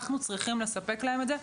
אנחנו צריכים לספק להם את זה.